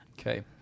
Okay